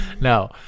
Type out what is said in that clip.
No